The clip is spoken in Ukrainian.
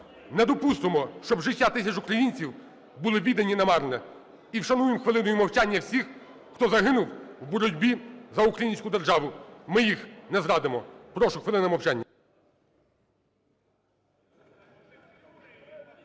Не допустимо, щоб життя тисяч українців були віддані намарне. І вшануємо хвилиною мовчання всіх, хто загинув у боротьбі за українську державу. Ми їх не зрадимо! Прошу, хвилина мовчання